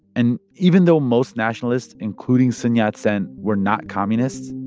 and even though most nationalists, including sun yat-sen, were not communists.